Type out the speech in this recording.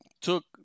took